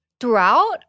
Throughout